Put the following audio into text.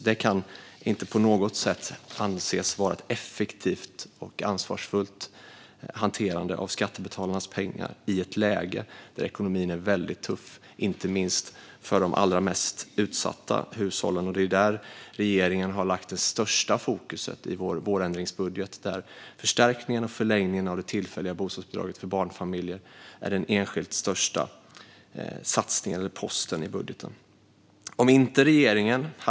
Det kan inte på något sätt anses vara ett effektivt och ansvarsfullt hanterande av skattebetalarnas pengar i ett läge där ekonomin är väldigt tuff, inte minst för de allra mest utsatta hushållen. Och det är där som regeringen har lagt sitt största fokus i sin vårändringsbudget, där förstärkningen och förlängningen av det tillfälliga bostadsbidraget för barnfamiljer är den enskilt största satsningen, eller posten, i budgeten.